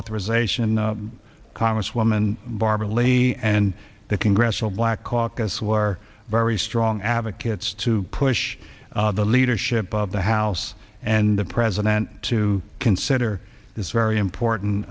authorization congresswoman barbara lee and the congressional black caucus were very strong advocates to push the leadership of the house and the president to consider this very important